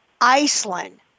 Iceland